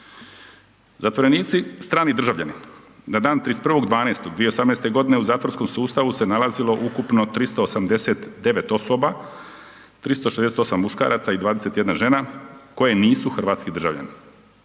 Zatvorenici strani državljani na da 31.12.2018. u zatvorskom sustavu se nalazilo ukupno 389 osoba, 368 muškaraca i 21 žena koje nisu hrvatski državljani.